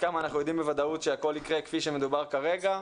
כמה אנחנו יודעים בוודאות שהכול יקרה כפי שמדובר כרגע.